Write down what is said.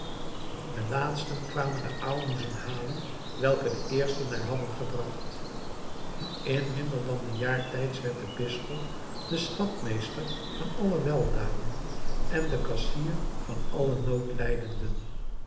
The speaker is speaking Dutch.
de laatsten kwamen de aalmoezen halen welke de eersten er hadden gebracht in minder dan een jaar tijds werd de bisschop de schatmeester van alle weldaden en de kassier van alle noodlijdenden